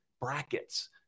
brackets